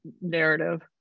narrative